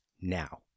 now